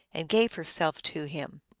and gave herself to him.